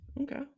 Okay